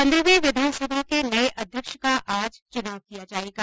पन्द्रहवीं विधानसभा के नये अध्यक्ष का आज चुनाव किया जायेगा